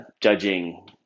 judging